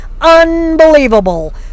Unbelievable